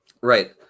right